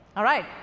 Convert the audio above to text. alright!